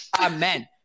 Amen